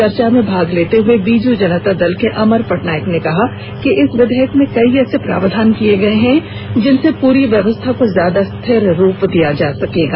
चर्चा में भाग लेते हए बीजू जनता दल के अमर पटनायक ने कहा कि इस विधेयक में कई ऐसे प्रावधान किए गए हैं जिनर्से पूरी व्यवस्था को ज्यादा स्थिर रूप दिया जा सकेगा